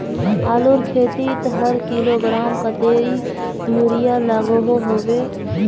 आलूर खेतीत हर किलोग्राम कतेरी यूरिया लागोहो होबे?